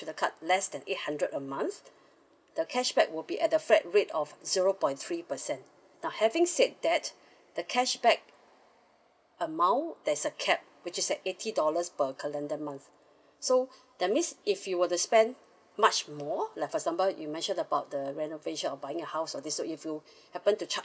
to the card less than eight hundred a month the cashback would be at the flat rate of zero point three percent now having said that the cashback amount there's a cap which is at eighty dollars per calendar month so that means if you were to spend much more like for example you mention about the renovation or buying a house all these so if you happen to charge